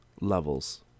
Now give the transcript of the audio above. levels